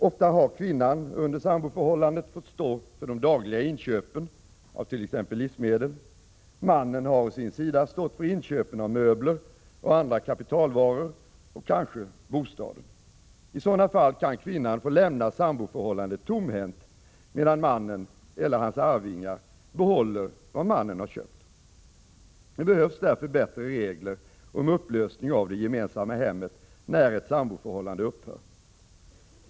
Ofta har kvinnan under samboförhållandet fått stå för de dagliga inköpen av t.ex. livsmedel. Mannen har å sin sida stått för inköpen av möbler och andra kapitalvaror och kanske bostaden. I sådana fall kan kvinnan få lämna samboförhållandet tomhänt, medan mannen eller hans arvingar behåller vad han köpt. Det behövs därför bättre regler om upplösning av det gemensamma hemmet när ett samboförhållande upphör.